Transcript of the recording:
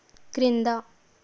క్రింద